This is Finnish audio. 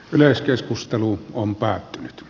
yleiskeskustelu on päät